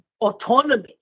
autonomy